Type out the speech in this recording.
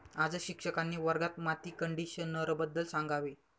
आज शिक्षकांनी वर्गात माती कंडिशनरबद्दल सांगावे